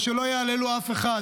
ושלא יהללו אף אחד,